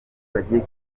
bagiye